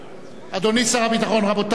אדוני שר הביטחון, רבותי,